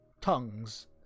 Tongues